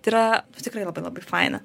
tai yra tikrai labai labai faina